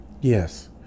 Yes